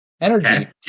energy